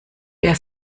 der